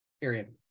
Period